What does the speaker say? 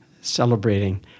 celebrating